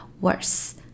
worse